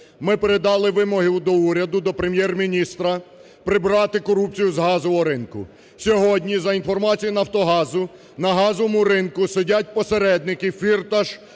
Ми передали вимоги до уряду, до Прем’єр-міністра прибрати корупцію з газового ринку. Сьогодні, за інформацією "Нафтогазу", на газовому ринку сидять посередники: Фірташ,